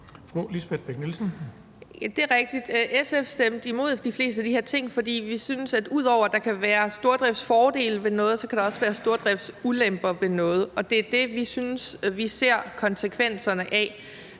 Det er rigtigt. SF stemte imod de fleste af de her ting, fordi vi synes, at ud over at der kan være stordriftsfordele ved noget, så kan der også være stordriftsulemper ved noget, og det er det, vi synes vi ser konsekvenserne af.